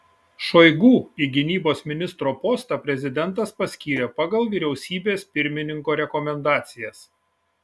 šoigu į gynybos ministro postą prezidentas paskyrė pagal vyriausybės pirmininko rekomendacijas